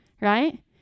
right